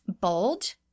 bold